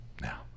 now